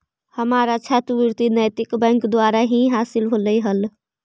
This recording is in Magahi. हमारा छात्रवृति नैतिक बैंक द्वारा ही हासिल होलई हल